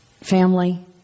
family